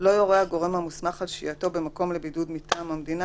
לא יורה הגורם המוסמך על שהייתו במקום לבידוד מטעם המדינה,